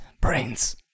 brains